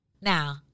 Now